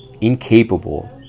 incapable